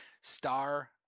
star